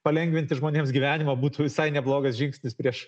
palengvinti žmonėms gyvenimą būtų visai neblogas žingsnis prieš